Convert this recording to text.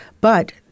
But-